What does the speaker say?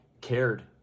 cared